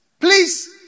Please